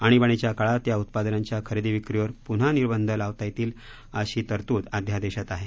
आणिबाणीच्या काळात या उत्पादनांच्या खरेदी विक्रीवर पुन्हा निर्बंध लावता येतील अशी तरतूद अध्यादेशात आहे